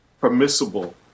permissible